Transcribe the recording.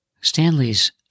Stanley's